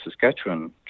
Saskatchewan